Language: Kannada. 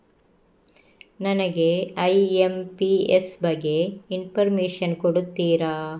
ನನಗೆ ಐ.ಎಂ.ಪಿ.ಎಸ್ ಬಗ್ಗೆ ಇನ್ಫೋರ್ಮೇಷನ್ ಕೊಡುತ್ತೀರಾ?